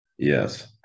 Yes